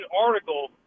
article